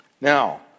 Now